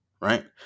right